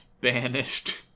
Banished